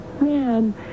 man